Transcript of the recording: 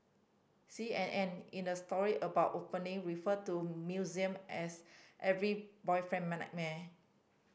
C N N in a story about opening referred to museum as every boyfriend